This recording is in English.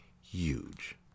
huge